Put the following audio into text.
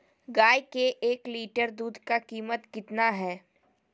गाय के एक लीटर दूध का कीमत कितना है?